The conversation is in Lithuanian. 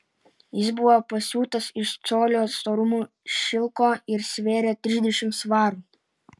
jis buvo pasiūtas iš colio storumo šilko ir svėrė trisdešimt svarų